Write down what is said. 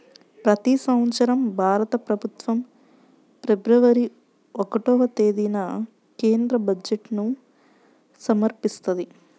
ప్రతి సంవత్సరం భారత ప్రభుత్వం ఫిబ్రవరి ఒకటవ తేదీన కేంద్ర బడ్జెట్ను సమర్పిస్తది